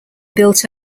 built